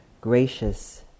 gracious